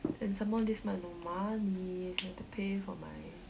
and someone this month no money need to pay for my